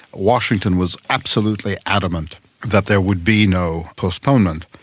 washington was absolutely adamant that there would be no postponement.